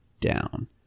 down